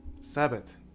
Sabbath